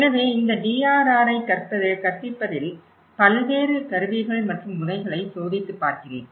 எனவே இந்த DRRஐக் கற்பிப்பதில் பல்வேறு கருவிகள் மற்றும் முறைகளை சோதித்துப் பார்க்கிறேன்